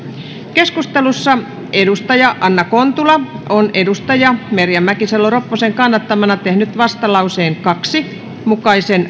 keskustelussa on anna kontula merja mäkisalo ropposen kannattamana tehnyt vastalauseen kahden mukaisen